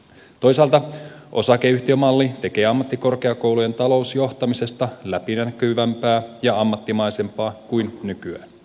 toisaalta osakeyhtiömalli tekee ammattikorkeakoulujen talousjohtamisesta läpinäkyvämpää ja ammattimaisempaa kuin nykyään